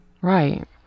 Right